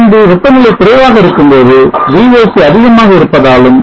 பின்பு வெப்பநிலை குறைவாக இருக்கும்போது Voc அதிகமாக இருப்பதாலும்